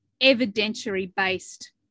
evidentiary-based